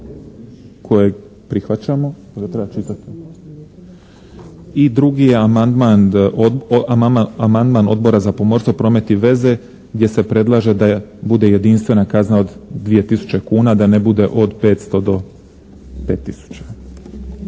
kojeg prihvaćamo. I drugi je amandman Odbora za pomorstvo, promet i veze gdje se predlaže da bude jedinstvena kazna od 2 tisuće kuna da ne bude od 500 do 5